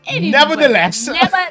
nevertheless